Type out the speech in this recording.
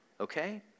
Okay